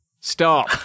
Stop